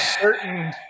certain